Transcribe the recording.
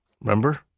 Remember